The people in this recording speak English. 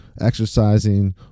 exercising